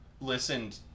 listened